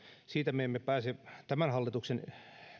siitä me emme pääse tämän hallituksen